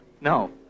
no